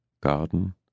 garden